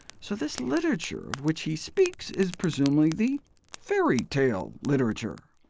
so this literature of which he speaks is presumably the fairy tale literature.